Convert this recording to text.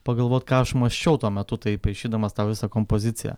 pagalvot ką aš mąsčiau tuo metu tai paišydamas tą visą kompoziciją